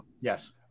Yes